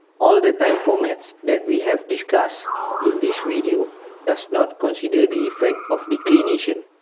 all the time formats that we have discussed in this video does not consider the effect of declination,